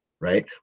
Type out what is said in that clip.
Right